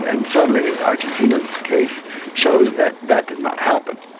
and certainly argentina's case shows that that did not happen.